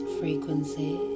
frequency